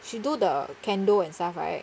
she do the kendo and stuff right